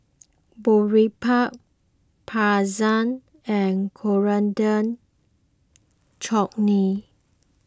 Boribap Pretzel and Coriander Chutney